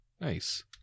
Nice